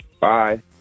bye